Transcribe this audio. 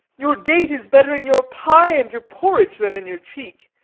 your date is better in your pie and your porridge than in your cheek.